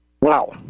Wow